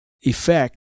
effect